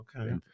Okay